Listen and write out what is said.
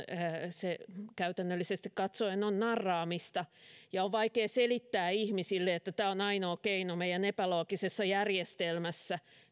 se käytännöllisesti katsoen on narraamista on vaikea selittää ihmisille että tämä on meidän epäloogisessa järjestelmässämme